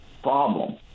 problem